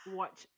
watch